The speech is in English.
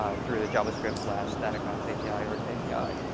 ah through the javascript, flash, static maps api, earth api,